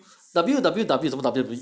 W_W_W